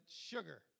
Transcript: sugar